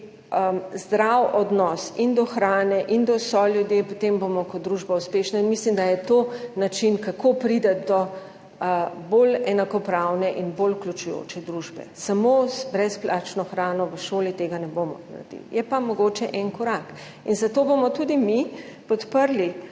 zdrav odnos do hrane in do soljudi, potem bomo kot družba uspešni. In mislim, da je to način, kako priti do bolj enakopravne in bolj vključujoče družbe. Samo z brezplačno hrano v šoli tega ne bomo naredili. Je pa mogoče en korak. In zato bomo tudi mi podprli